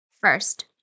First